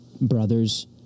brothers